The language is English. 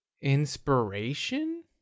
inspiration